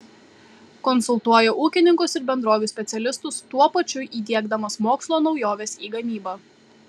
konsultuoja ūkininkus ir bendrovių specialistus tuo pačiu įdiegdamas mokslo naujoves į gamybą